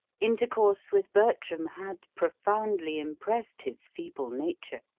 intercourse with bertram had profoundly impressed his feeble nature.